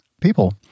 people